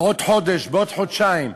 בעוד חודש, בעוד חודשיים?